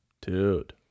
Dude